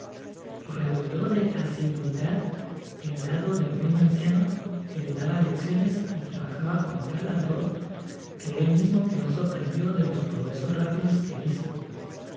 redobló de asiduidad al ladodel buen anciano que le daba lecciones y trabajaba con tal ardor que él mismo quedó sorprendido de los progresos rápidos que hizo mientras seguia el